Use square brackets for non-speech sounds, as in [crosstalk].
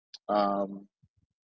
[noise] um